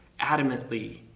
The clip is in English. adamantly